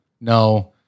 No